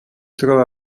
trova